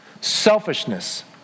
Selfishness